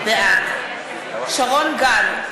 בעד שרון גל,